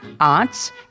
Arts